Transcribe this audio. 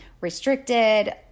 restricted